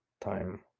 time